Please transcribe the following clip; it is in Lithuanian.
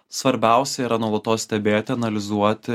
svarbiausia yra nuolatos stebėti analizuoti